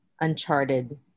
uncharted